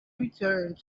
returned